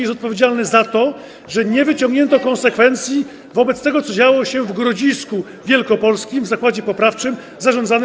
jest odpowiedzialny za to, że nie wyciągnięto konsekwencji wobec tego, co działo się w Grodzisku Wielkopolskim w zakładzie poprawczym zarządzanym.